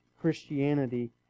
Christianity